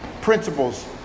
Principles